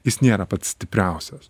jis nėra pats stipriausias